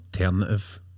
alternative